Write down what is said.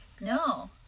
No